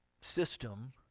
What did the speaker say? system